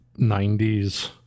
90s